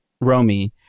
Romy